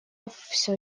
все